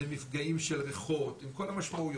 מדובר על מפגעים של ריחות וכל המשמעויות.